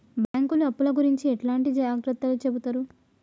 బ్యాంకులు అప్పుల గురించి ఎట్లాంటి జాగ్రత్తలు చెబుతరు?